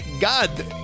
God